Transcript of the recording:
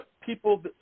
people